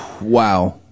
Wow